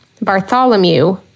Bartholomew